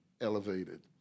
elevated